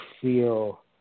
feel